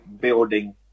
building